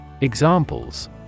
Examples